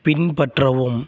பின்பற்றவும்